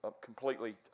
completely